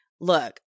look